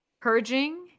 purging